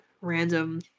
random